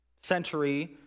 century